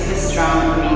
strong